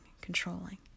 controlling